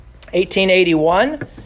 1881